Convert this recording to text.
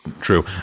True